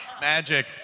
Magic